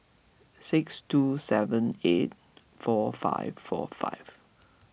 six two seven eight four five four five